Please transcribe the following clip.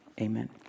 amen